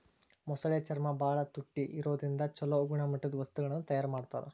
ಮೊಸಳೆ ಚರ್ಮ ಬಾಳ ತುಟ್ಟಿ ಇರೋದ್ರಿಂದ ಚೊಲೋ ಗುಣಮಟ್ಟದ ವಸ್ತುಗಳನ್ನ ತಯಾರ್ ಮಾಡ್ತಾರ